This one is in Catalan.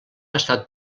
estat